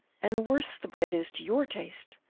and the worse the bread is to your taste,